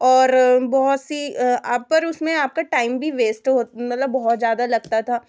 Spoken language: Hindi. और बहुत सी अब पर उसमें आपका टाइम भी वेस्ट हो मतलब बहुत ज़्यादा लगता था